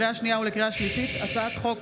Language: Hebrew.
לקריאה שנייה ולקריאה שלישית: הצעת חוק